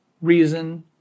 reason